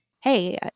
hey